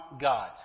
God